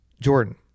Jordan